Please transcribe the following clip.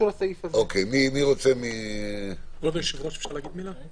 כבוד היושב-ראש, אפשר להגיד מילה?